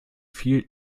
viel